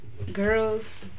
Girls